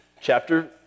chapter